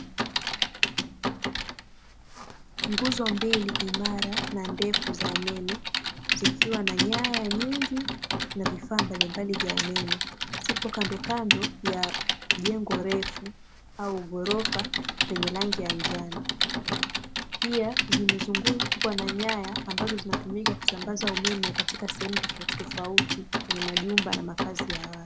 Nguzo mbili imara na ndevu za umeme zikiwa na nyaya nyingi na vifaa mbalimbali vya umeme zipo kandokando ya jengo refu au ghorofa lenye rangi ya njano. Pia zimezungukwa na nyaya ambazo zinazotumika kusambaza umeme katika sehemu tofautitoafuti kwenye majumba na makazi ya watu.